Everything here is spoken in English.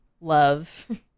love